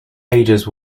ages